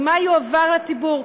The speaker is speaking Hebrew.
ומה יועבר לציבור,